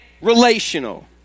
relational